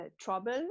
trouble